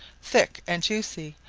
thick and juicy,